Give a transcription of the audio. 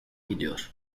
gidiyor